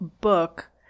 book